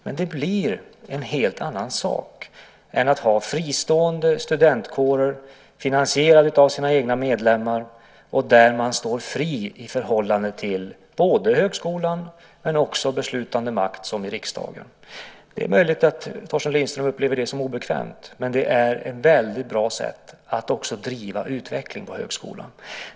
Men det blir en helt annan sak än att ha fristående studentkårer finansierade av sina egna medlemmar och där man står fri i förhållande till både högskolan och till beslutande makt som riksdagen. Det är möjligt att Torsten Lindström upplever det som obekvämt, men det är ett väldigt bra sätt att också driva utveckling på högskolan.